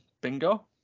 Bingo